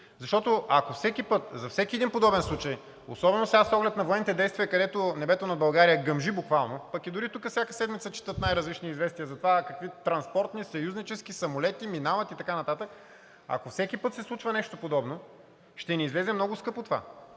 защото, ако всеки път, за всеки един подобен случай, особено сега с оглед на военните действия, където небето над България буквално гъмжи, пък и дори тук всяка седмица четат най-различни известия за това какви транспортни, съюзнически самолети минават и така нататък, ако всеки път се случва нещо подобно, ще ни излезе това много скъпо.